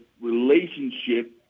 relationship